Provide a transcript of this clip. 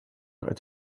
het